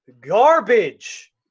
garbage